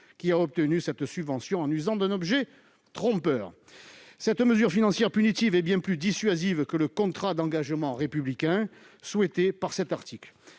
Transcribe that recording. qui aurait obtenu une subvention en usant d'un objet trompeur. Cette mesure financière punitive est bien plus dissuasive que le contrat d'engagement républicain prévu par cet article.